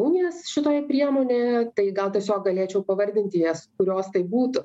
unijas šitoj priemonėje tai gal tiesiog galėčiau pavardinti jas kurios tai būtų